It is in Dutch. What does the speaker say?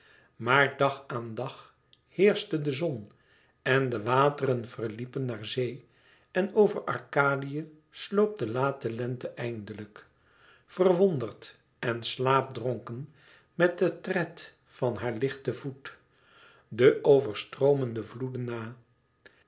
maar dag aan dag heerschte de zon en de wateren verliepen naar zee en over arkadië sloop de late lente eindelijk verwonderd en slaapdronken met den tred van haar lichten voet de overstroomende vloeden na